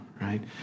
right